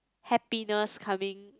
happiness coming